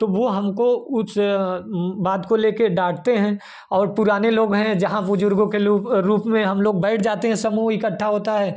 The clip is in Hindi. तो वह हमको उस बात को लेकर डाँटते हैं और पुराने लोग हैं जहाँ बुज़ुर्गों के लू रूप में हम लोग बैठ जाते हैं समूह इकट्ठा होता है